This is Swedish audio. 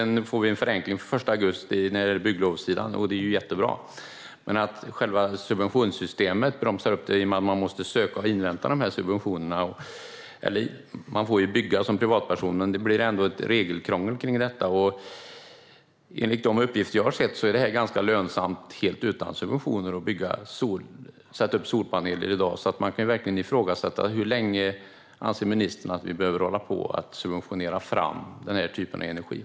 Nu får vi en förenkling den 1 augusti på bygglovssidan, och det är jättebra. Men själva subventionssystemet bromsar upp i och med att man måste ansöka och invänta svar på sin ansökan om subvention. Man får ju bygga som privatperson, men det blir ändå ett regelkrångel kring detta. Enligt de uppgifter som jag har sett är det ganska lönsamt att helt utan subventioner sätta upp solpaneler i dag. Hur länge anser ministern att vi behöver subventionera den här typen av energi?